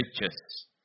riches